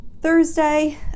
Thursday